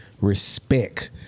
Respect